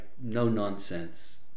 no-nonsense